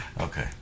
Okay